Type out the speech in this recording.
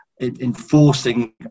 enforcing